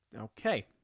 Okay